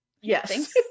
Yes